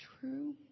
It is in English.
true